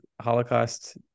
Holocaust